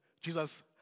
Jesus